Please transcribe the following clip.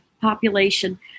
population